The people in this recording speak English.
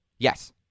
Yes